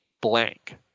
blank